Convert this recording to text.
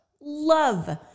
love